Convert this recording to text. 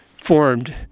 formed